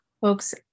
Folks